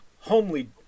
homely